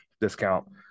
discount